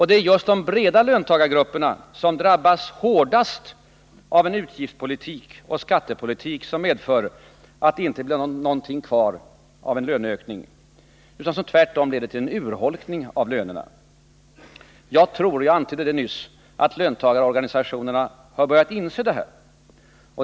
Det är just de breda löntagargrupperna som drabbas hårdast av en utgiftsoch skattepolitik som gör att det inte blir någonting kvar av en löneökning utan som tvärtom leder till att lönerna urholkas. Jag tror, som jag antydde nyss, att löntagarorganisationerna har börjat inse detta.